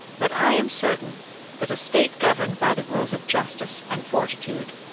but i am certain that a state governed by the rules of justice and fortitude,